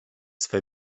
swe